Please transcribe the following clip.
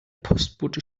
postbote